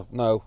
no